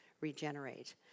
regenerate